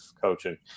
coaching